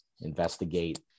investigate